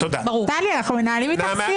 טלי, אנחנו מנהלים איתך שיח.